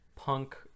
punk